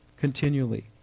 continually